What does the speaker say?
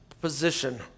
position